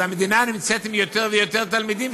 אז המדינה נמצאת עם יותר ויותר תלמידים